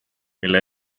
mille